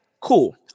Cool